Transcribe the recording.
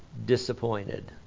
disappointed